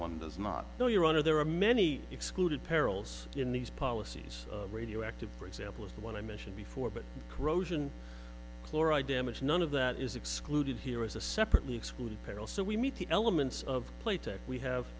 one does not know your honor there are many excluded perils in these policies radioactive for example is the one i mentioned before but corrosion chloride damage none of that is excluded here as a separately excluded peril so we meet the elements of playtex we have